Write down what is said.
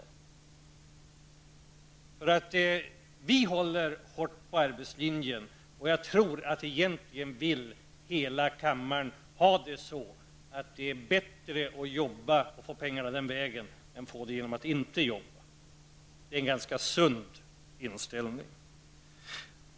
Vi centerpartister håller hårt på arbetslinjen, och jag tror att hela kammaren egentligen vill ha det så. Det är bättre att jobba och få pengarna den vägen än att få dem genom att inte jobba. Det är en ganska sund inställning.